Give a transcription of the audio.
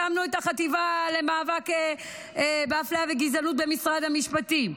הקמנו את החטיבה למאבק באפליה וגזענות במשרד המשפטים,